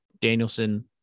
Danielson